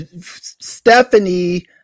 Stephanie